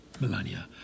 Melania